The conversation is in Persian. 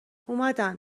اومدن